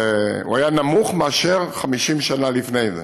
והוא היה נמוך מאשר 50 שנה לפני זה,